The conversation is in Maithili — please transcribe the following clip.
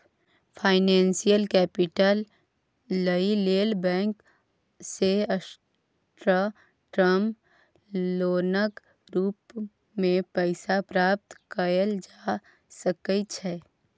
फाइनेंसियल कैपिटल लइ लेल बैंक सँ शार्ट टर्म लोनक रूप मे पैसा प्राप्त कएल जा सकइ छै